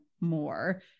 more